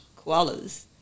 koalas